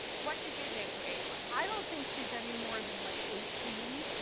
what did you think her age was? i don't think she's any more than like eighteen.